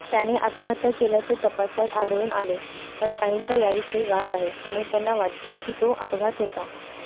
त्याने आत्महत्या केल्याचे तपासात आढळून आले पण काहींचा याविषयी वाद आहे आणि त्यांना वाटते की तो अपघात होता